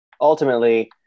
ultimately